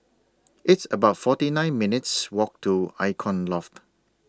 It's about forty nine minutes' Walk to Icon Loft